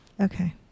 Okay